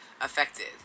affected